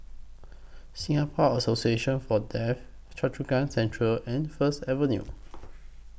Singapore Association For Deaf Choa Chu Kang Central and First Avenue